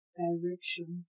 direction